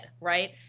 right